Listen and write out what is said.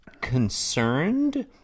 concerned